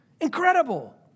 Incredible